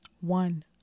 One